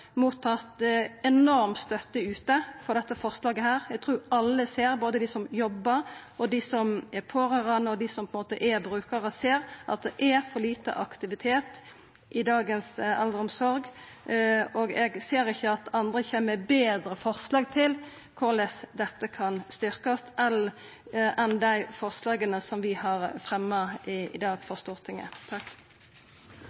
enorm støtte ute for dette forslaget. Eg trur alle, både dei som jobbar, dei som er pårørande, og dei som er brukarar, ser at det er for lite aktivitet i eldreomsorga i dag. Eg ser ikkje at andre kjem med betre forslag til korleis dette kan styrkjast, enn dei forslaga som vi har fremja i dag